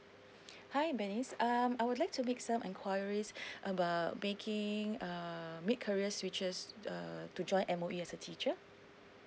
hi bernice um I would like to make some enquiries about making um make career switches err to join M_O_E as a teacher